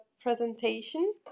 presentation